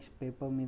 paper